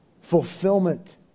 fulfillment